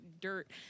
dirt